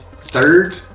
third